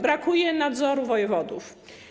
Brakuje nadzoru wojewodów.